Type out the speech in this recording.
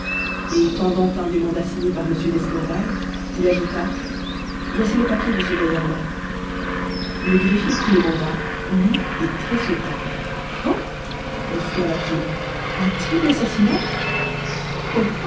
et tendant un des mandats signés par m d'escorval il ajouta voici les papiers de ce gaillard-là le greffier prit le mandat lut et tressauta oh exclama t il un triple assassinat